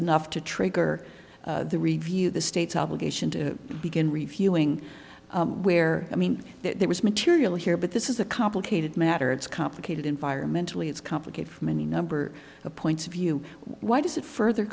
enough to trigger the review the state's obligation to begin reviewing where i mean there was material here but this is a complicated matter it's complicated environmentally it's complicated from any number of points of view why does it further